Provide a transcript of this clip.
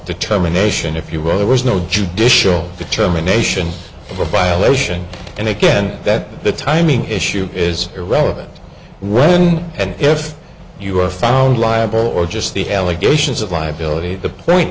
determination if you were there was no judicial determination or violation and again that the timing issue is irrelevant right then and if you are found liable or just the allegations of liability the p